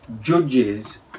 Judges